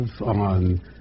on